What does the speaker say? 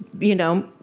you know,